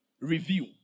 Review